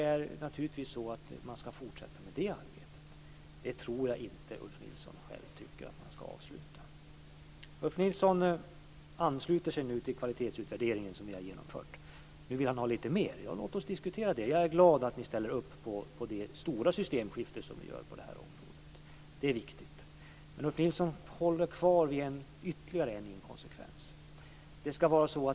Så naturligtvis ska högskolorna fortsätta med det arbetet. Jag tror inte att Ulf Nilsson själv anser att man ska avsluta det. Ulf Nilsson ansluter sig nu till den kvalitetsutvärdering som vi har genomfört. Nu vill han ha lite mer. Låt oss då diskutera det - jag är glad över att ni ställer upp på det stora systemskifte som vi gör på det här området. Ulf Nilsson håller fast vid ytterligare en inkonsekvens.